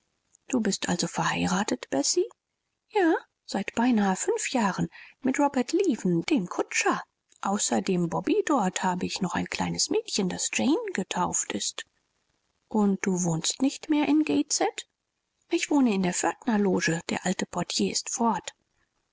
du bist also verheiratet bessie ja seit beinahe fünf jahren mit robert leaven dem kutscher außer dem bobby dort habe ich noch ein kleines mädchen das jane getauft ist und du wohnst nicht mehr in gateshead ich wohne in der pförtnerloge der alte portier ist fort